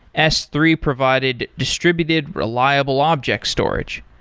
s three provided distributed reliable objects storage.